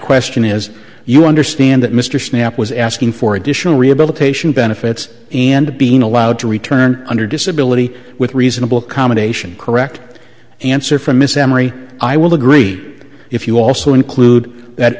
question is you understand that mr snapp was asking for additional rehabilitation benefits and being allowed to return under disability with reasonable accommodation correct answer from miss emory i will agree if you also include that